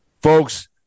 Folks